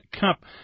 Cup